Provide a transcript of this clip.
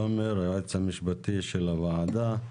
תומר, היועץ המשפטי של הוועדה.